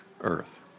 earth